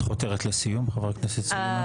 את חותרת לסיום, חבר הכנסת סלימאן?